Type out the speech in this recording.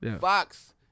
Fox